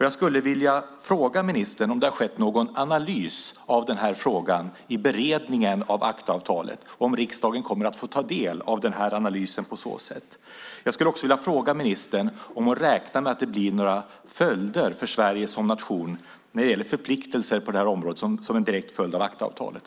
Jag skulle vilja fråga ministern om det har skett någon analys av den här frågan i beredningen av ACTA-avtalet och om riksdagen i så fall kommer att få ta del av den. Jag skulle också vilja fråga om ministern räknar med att det blir några följder för Sverige som nation i form av förpliktelser som en direkt följd av ACTA-avtalet.